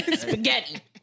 Spaghetti